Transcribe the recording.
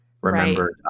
remember